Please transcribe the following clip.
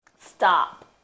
Stop